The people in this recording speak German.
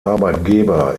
arbeitgeber